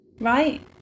Right